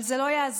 אבל זה לא יעזור.